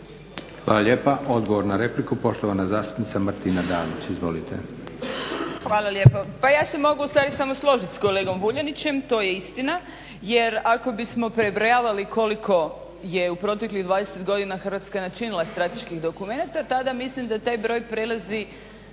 Hvala lijepa. Odgovor na repliku, poštovana zastupnica Martina Dalić. Izvolite. **Dalić, Martina (HDZ)** Hvala lijepo. Pa ja se mogu ustvari samo složiti s kolegom Vuljanićem, to je istina. Jer ako bismo prebrojavali koliko je u proteklih 20 godina Hrvatska načinila strateških dokumenata tada mislim da taj broj prelazi